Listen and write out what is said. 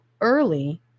early